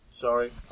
Sorry